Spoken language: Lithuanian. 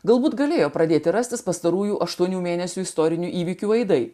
galbūt galėjo pradėti rastis pastarųjų aštuonių mėnesių istorinių įvykių aidai